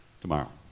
tomorrow